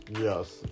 Yes